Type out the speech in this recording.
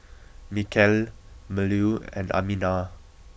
Mikhail Melur and Aminah